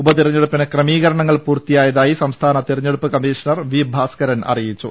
ഉപതെരഞ്ഞെടുപ്പിന് ക്രമീകര ണങ്ങൾ പൂർത്തിയായതായി സംസ്ഥാന തിരഞ്ഞെടുപ്പ് കമ്മീഷണർ വി ഭാസ് കരൻ അറിയിച്ചു